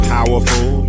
Powerful